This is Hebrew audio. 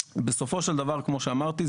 בסופו של דבר כמו שאמרתי,